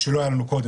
מה שלא היה לנו קודם,